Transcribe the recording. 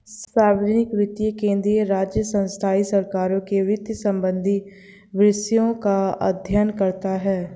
सार्वजनिक वित्त केंद्रीय, राज्य, स्थाई सरकारों के वित्त संबंधी विषयों का अध्ययन करता हैं